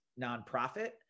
nonprofit